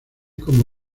como